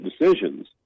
decisions